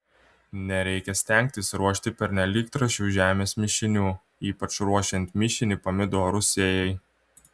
nereikia stengtis ruošti pernelyg trąšių žemės mišinių ypač ruošiant mišinį pomidorų sėjai